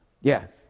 Yes